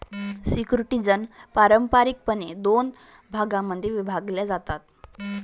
securities पारंपारिकपणे दोन भागांमध्ये विभागल्या जातात